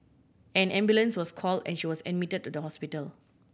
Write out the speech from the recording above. an ambulance was call and she was admitted to the hospital